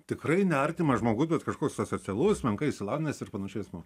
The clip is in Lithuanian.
tikrai ne artimas žmogus bet kažkoks asocialus menkai išsilavinęs ir panašiai asmuo